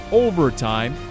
overtime